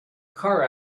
car